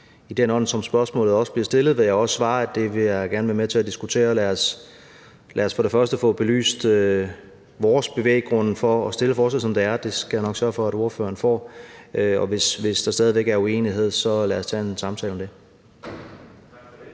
i den ånd, som spørgsmålet også bliver stillet, vil jeg også svare, at det vil jeg gerne være med til at diskutere. Lad os for det første få belyst vores bevæggrunde for at fremsætte forslaget, som det er, det skal jeg nok sørge for at ordføreren får, og hvis der stadig væk er uenighed, så lad os tage en samtale om det. Kl.